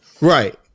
Right